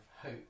hope